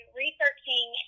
researching